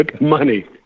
Money